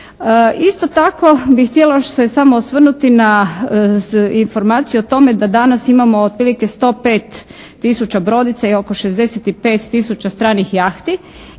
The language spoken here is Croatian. Isto tako bi htjela još se samo osvrnuti na informaciju o tome da danas imamo otprilike 105 tisuća brodica i oko 65 tisuća stranih jahti